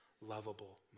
lovable